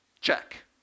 Check